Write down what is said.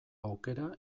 aukera